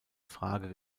frage